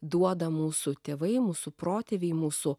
duoda mūsų tėvai mūsų protėviai mūsų